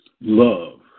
Love